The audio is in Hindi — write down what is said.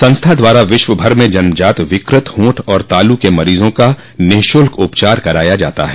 संस्था द्वारा विश्व भर में जन्मजात विकृत होंठ और तालू के मरीजों का निःशुल्क उपचार कराया जाता है